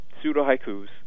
pseudo-haikus